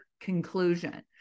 conclusion